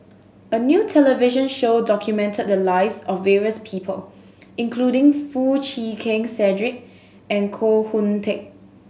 a new television show documented the lives of various people including Foo Chee Keng Cedric and Koh Hoon Teck